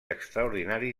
extraordinari